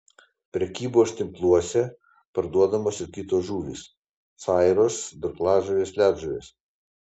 prekybos tinkluose parduodamos ir kitos žuvys sairos durklažuvės ledžuvės